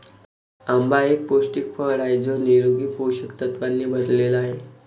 आंबा एक पौष्टिक फळ आहे जो निरोगी पोषक तत्वांनी भरलेला आहे